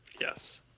Yes